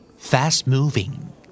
Fast-moving